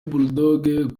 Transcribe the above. bulldogg